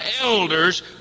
elders